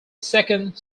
second